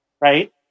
Right